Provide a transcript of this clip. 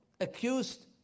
accused